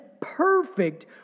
perfect